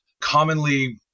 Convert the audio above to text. commonly